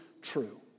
true